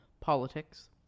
politics